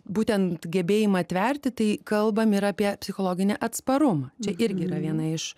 būtent gebėjimą tverti tai kalbam ir apie psichologinį atsparumą čia irgi yra viena iš